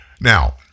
Now